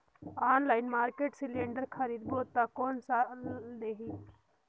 Online market cylinder खरीदबो ता कोन ला देही?